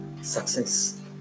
success